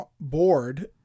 board